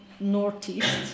Northeast